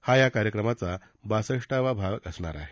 हा या कार्यक्रमाचा बासठावा भाग असणार आहे